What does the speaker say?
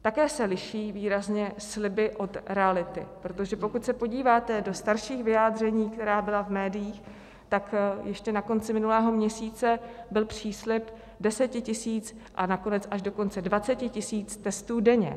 Také se liší výrazně sliby od reality, protože pokud se podíváte do starších vyjádření, která byla v médiích, tak ještě na konci minulého měsíce byl příslib 10 tisíc, a nakonec až dokonce 20 tisíc testů denně.